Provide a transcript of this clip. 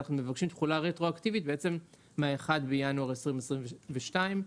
אנחנו מבקשים תחולה רטרואקטיבית מ-1 בינואר 2022,